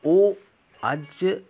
ओह् अज्ज